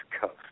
Coast